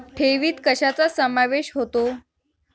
ठेवीत कशाचा समावेश होतो?